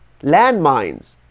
landmines